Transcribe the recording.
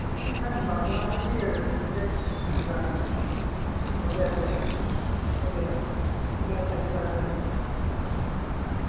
एसे टाइम बारग'नानै फै आरो दे जागोन दे अ दे दे दे औ दे दे दे जागोन दे दे